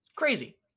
crazy